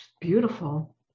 beautiful